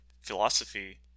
philosophy